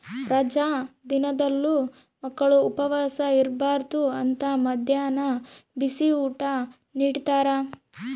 ರಜಾ ದಿನದಲ್ಲಿಯೂ ಮಕ್ಕಳು ಉಪವಾಸ ಇರಬಾರ್ದು ಅಂತ ಮದ್ಯಾಹ್ನ ಬಿಸಿಯೂಟ ನಿಡ್ತಾರ